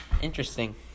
Interesting